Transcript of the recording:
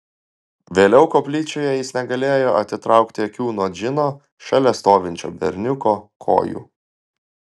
vėliau koplyčioje jis negalėjo atitraukti akių nuo džino šalia stovinčio berniuko kojų